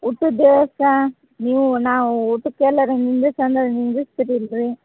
ಊಟದ ವ್ಯವಸ್ಥೆ ನೀವು ನಾವು ಊಟಕ್ಕೆ ಎಲ್ಲಾರೂ ನಿಂದರ್ಸ್ ಅಂದ್ರೆ ನಿಂದಸ್ತೀರಲ್ರಿ